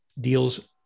deals